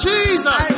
Jesus